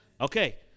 Okay